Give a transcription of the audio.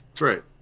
Right